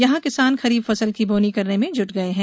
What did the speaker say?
यहां किसान खरीफ फसल की बोनी करने में जुट गये हैं